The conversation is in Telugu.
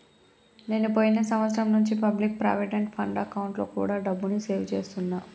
నేను పోయిన సంవత్సరం నుంచి పబ్లిక్ ప్రావిడెంట్ ఫండ్ అకౌంట్లో కూడా డబ్బుని సేవ్ చేస్తున్నా